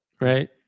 Right